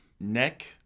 Neck